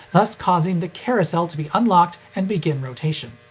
thus causing the carousel to be unlocked and begin rotation.